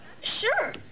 Sure